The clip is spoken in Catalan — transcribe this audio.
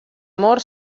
amor